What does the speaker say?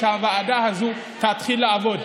שהוועדה הזאת תתחיל לעבוד.